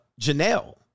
Janelle